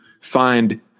find